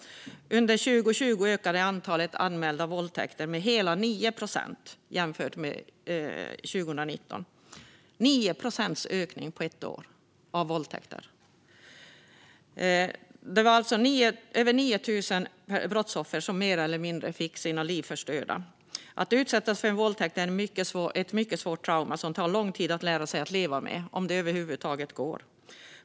Under 2020 ökade antalet anmälda våldtäkter med hela 9 procent jämfört med 2019. Det är över 9 000 brottsoffer som mer eller mindre fått sina liv förstörda. Att utsättas för en våldtäkt är ett mycket svårt trauma som tar lång tid att lära sig att leva med, om det över huvud taget går.